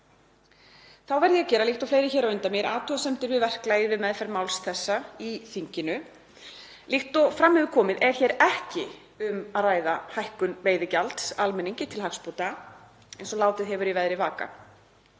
Þá verð ég að gera, líkt og fleiri hér á undan mér, athugasemdir við verklagið við meðferð þessa máls í þinginu. Líkt og fram hefur komið er hér ekki um að ræða hækkun veiðigjalds almenningi til hagsbóta eins og látið hefur í veðri vaka.